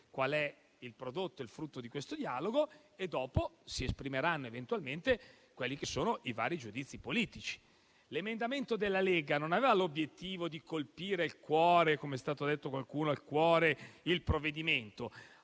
qual è il prodotto, il frutto di questo dialogo, e dopo si esprimeranno eventualmente i vari giudizi politici. L'emendamento della Lega non aveva l'obiettivo di colpire, come è stato detto da qualcuno, il cuore del provvedimento.